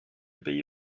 pays